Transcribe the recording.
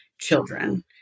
children